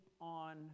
on